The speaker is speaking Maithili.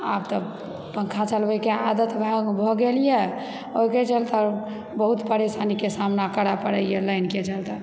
आब तऽ पंखा चलबैके आदत भए भऽ गेलए ओहिके चलते बहुत परेशानीके सामना करय पड़ैए लाइनके चलते